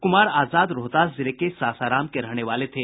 कुमार आजाद रोहतास जिले के सासाराम के रहने वाले थे